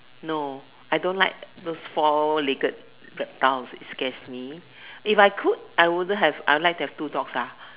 no I don't like those four legged verities it scares me if I could I wouldn't have I would like to have two dogs